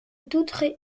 toute